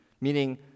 meaning